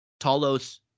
Talos